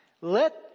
let